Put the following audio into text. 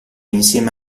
insieme